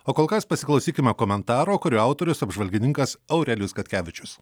o kol kas pasiklausykime komentaro kurio autorius apžvalgininkas aurelijus katkevičius